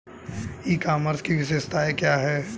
ई commerce की विशेषताएं क्या हैं?